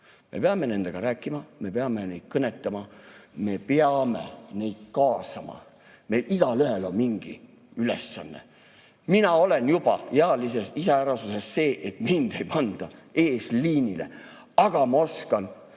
Me peame nendega rääkima, me peame neid kõnetama, me peame neid kaasama. Meist igaühel on mingi ülesanne. Mina olen juba ealiste iseärasuste tõttu see, keda ei saadeta eesliinile. Aga ma oskan